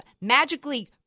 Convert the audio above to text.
magically